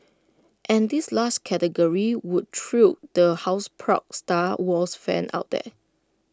and this last category will thrill the houseproud star wars fans out there